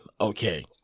okay